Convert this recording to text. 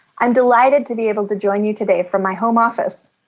i'm delighted to be able to join you today from my home office.